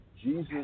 Jesus